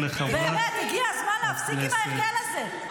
באמת, הגיע הזמן להפסיק עם ההרגל הזה.